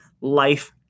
life